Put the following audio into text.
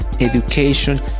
education